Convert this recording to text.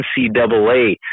NCAA